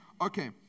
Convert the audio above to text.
Okay